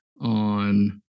on